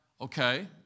okay